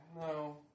no